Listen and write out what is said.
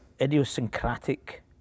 idiosyncratic